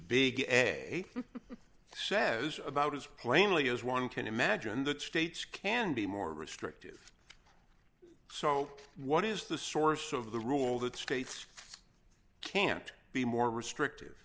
big says about as plainly as one can imagine that states can be more restrictive so what is the source of the rule that states can't be more restrictive